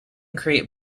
create